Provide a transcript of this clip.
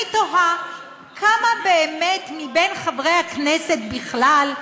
אני תוהה כמה מחברי הכנסת בכלל,